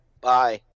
bye